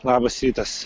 labas rytas